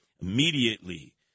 Immediately